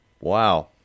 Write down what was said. wow